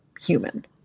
human